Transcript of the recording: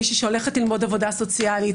מישהי שהולכת ללמוד עבודה סוציאלית,